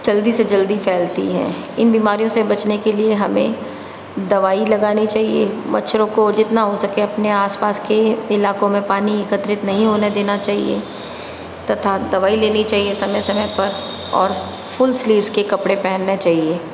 जल्दी से जल्दी फैलती है इन बीमारियों से बचने के लिए हमें दवाई लगानी चाहिए मच्छरों को जितना हो सके अपने आसपास के इलाकों में पानी एकत्रित नहीं होने देना चाहिए तथा दवाई लेनी चाहिए समय समय पर और फुल स्लीव्स के कपड़े पहनने चहिए